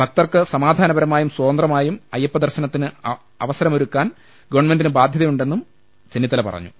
ഭക്തർക്ക് സമാധാനപരമായും സ്വതന്ത്രമായും അയ്യപ്പ ദർശനത്തിന് അവ സരമൊരുക്കാൻ ഗവൺമെന്റിന് ബാധ്യതയുണ്ടെന്നും ചെന്നി ത്തല പറഞ്ഞു